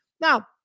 Now